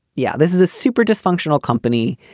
yeah. this is a super dysfunctional company.